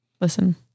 listen